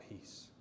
peace